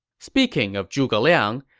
speaking of zhuge liang,